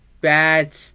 bad